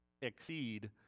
exceed